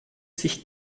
sich